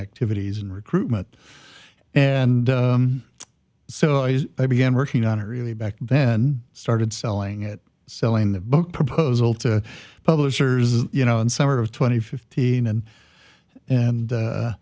activities and recruitment and so i began working on it really back then started selling it selling the book proposal to publishers you know in summer of twenty fifteen and and